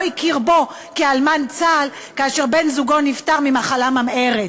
לא הכיר בו כאלמן צה"ל כאשר בן-זוגו נפטר ממחלה ממארת.